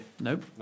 Nope